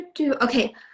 okay